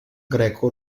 greco